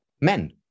men